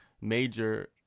major